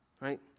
right